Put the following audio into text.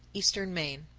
eastern maine.